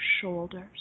shoulders